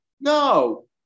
no